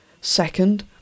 Second